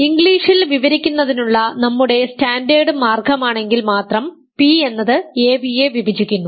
ഇംഗ്ലീഷിൽ വിവരിക്കുന്നതിനുള്ള നമ്മുടെ സ്റ്റാൻഡേർഡ് മാർഗ്ഗമാണെങ്കിൽ മാത്രം p എന്നത് ab യെ വിഭജിക്കുന്നു